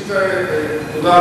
בבקשה.